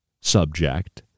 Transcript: subject